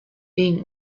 being